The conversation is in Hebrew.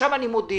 עכשיו אני מודיע,